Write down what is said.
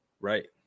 Right